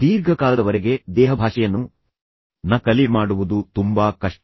ದೀರ್ಘಕಾಲದವರೆಗೆ ದೇಹಭಾಷೆಯನ್ನು ನಕಲಿ ಮಾಡುವುದು ತುಂಬಾ ಕಷ್ಟ